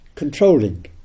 controlling